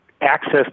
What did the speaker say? access